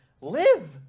live